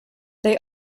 they